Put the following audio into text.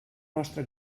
nostre